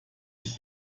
ich